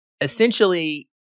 Essentially